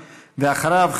ואחריו,